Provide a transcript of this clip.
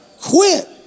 Quit